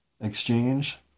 exchange